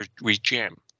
regime